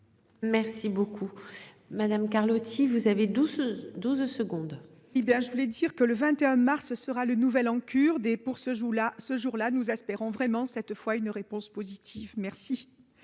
Merci beaucoup madame Carlotti, vous avez 12 12 secondes. Hé bien je voulais dire que le 21 mars, ce sera le nouvel an kurde et pour ce jour-là ce jour-là. Nous espérons vraiment cette fois une réponse positive. Merci.